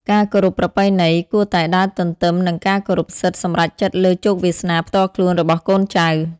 ការគោរពប្រពៃណី គួរតែដើរទន្ទឹមនឹងការគោរពសិទ្ធិសម្រេចចិត្តលើជោគវាសនាផ្ទាល់ខ្លួនរបស់កូនចៅ។